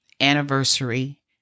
anniversary